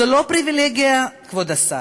זו לא פריבילגיה, כבוד השר.